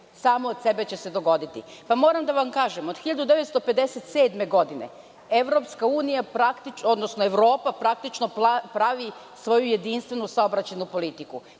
Samo od sebe će se dogoditi. Moram da vam kažem od 1957. godine EU, odnosno Evropa praktično pravi svoju jedinstvenu saobraćajnu politiku.